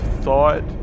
thought